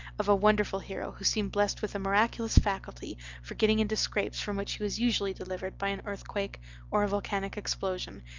of a wonderful hero who seemed blessed with a miraculous faculty for getting into scrapes from which he was usually delivered by an earthquake or a volcanic explosion,